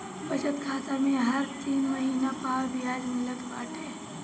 बचत खाता में हर तीन महिना पअ बियाज मिलत बाटे